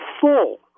full